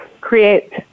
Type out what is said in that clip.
create